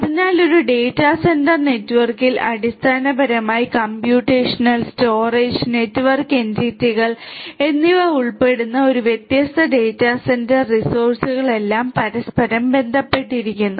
അതിനാൽ ഒരു data centre നെറ്റ്വർക്കിൽ അടിസ്ഥാനപരമായി കമ്പ്യൂട്ടേഷണൽ സ്റ്റോറേജ് നെറ്റ്വർക്ക് എന്റിറ്റികൾ എന്നിവ ഉൾപ്പെടുന്ന ഈ വ്യത്യസ്ത ഡാറ്റാ സെന്റർ റിസോഴ്സുകളെല്ലാം പരസ്പരം ബന്ധപ്പെട്ടിരിക്കുന്നു